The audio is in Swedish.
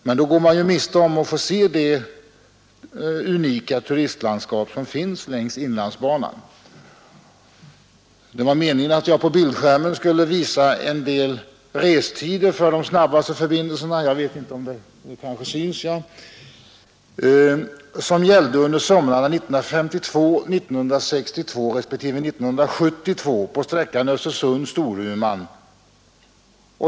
Men då går man ju miste om att se det unika turistlandskapet längs inlandsbanan, På bildskärmen visar jag nu restider för de snabbaste förbindelserna under somrarna 1952, 1962 och 1972 på sträckan Östersund—Storuman.